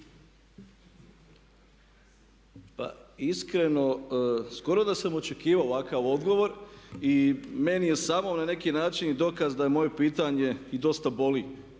Pa iskreno, skoro da sam očekivao ovakav odgovor i meni je samo na neki način dokaz da je moje pitanje i dosta boli